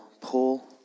Paul